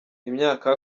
imyaka